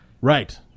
Right